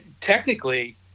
technically